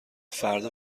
فردا